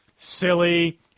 Silly